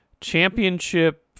championship